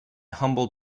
humble